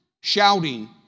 shouting